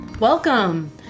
Welcome